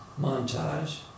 montage